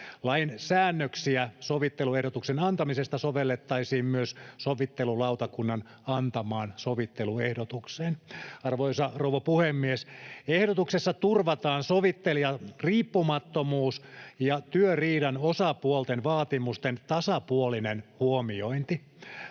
Lain säännöksiä sovitteluehdotuksen antamisesta sovellettaisiin myös sovittelulautakunnan antamaan sovitteluehdotukseen. Arvoisa rouva puhemies! Ehdotuksessa turvataan sovittelijan riippumattomuus ja työriidan osapuolten vaatimusten tasapuolinen huomiointi.